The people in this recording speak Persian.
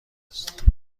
است